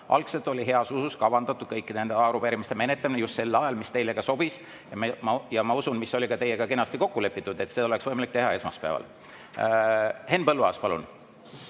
Algselt oli heas usus kavandatud kõikide nende arupärimiste menetlemine just sel ajal, mis teile ka sobis, ja mis, ma usun, oli ka teiega kenasti kokku lepitud, et seda oleks võimalik teha esmaspäeval. Henn Põlluaas, palun!